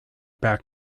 back